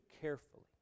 carefully